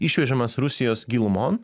išvežamas rusijos gilumon